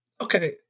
Okay